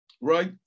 right